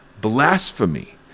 blasphemy